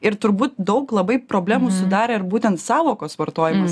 ir turbūt daug labai problemų sudarė ir būtent sąvokos vartojimas